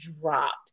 dropped